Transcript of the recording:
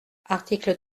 article